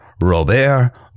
Robert